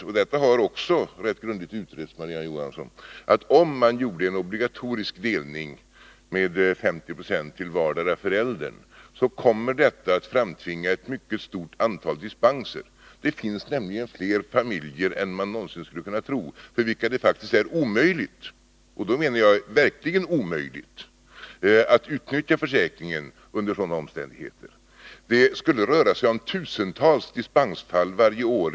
För det andra — och det är kanske mer tvingande — vet vi att en obligatorisk delning med 50 4 till vardera föräldern skulle föranleda ett mycket stort antal dispenser. Detta är, Marie-Ann Johansson, ganska grundligt utrett. Det finns fler familjer än man någonsin skulle kunna tro för vilka det faktiskt är omöjligt — jag menar då verkligen omöjligt — att under sådana omständigheter utnyttja försäkringen. Vi vet att det skulle röra sig om tusentals dispensfall varje år.